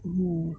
mm